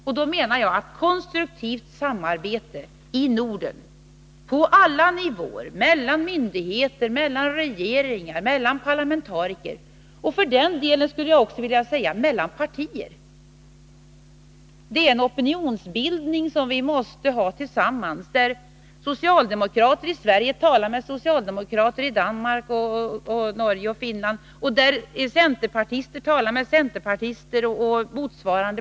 Jag menar att konstruktivt samarbete i Norden på alla nivåer — mellan myndigheter, mellan regeringar, mellan parlamentariker och för den delen också, skulle jag vilja säga, mellan partier. Vi måste tillsammans åstadkomma en opinionsbildning. Socialdemokrater i Sverige måste tala med socialdemokrater i Danmark, Norge och Finland. Och centerpartister måste tala med centerpartister etc.